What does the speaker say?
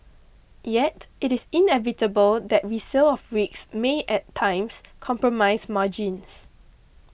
yet it is inevitable that resale of rigs may at times compromise margins